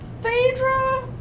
Phaedra